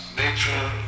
nature